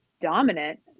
dominant